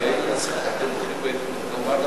כמובן גם תשובה שלי,